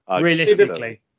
Realistically